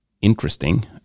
interesting